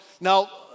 now